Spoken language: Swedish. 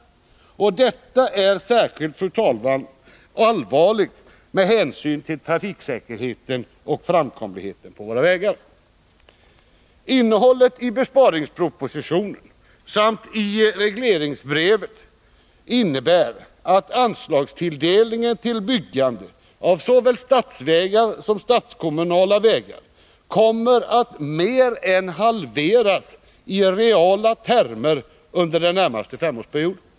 Detta är särskilt allvarligt med hänsyn till trafiksäkerheten och framkomligheten på våra vägar. Innehållet i besparingspropositionen samt i regleringsbrevet innebär att anslagen till byggande av såväl statsvägar som statskommunala vägar under den närmaste femårsperioden kommer att mer än halveras i reala termer.